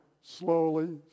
slowly